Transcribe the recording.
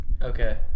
Okay